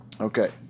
Okay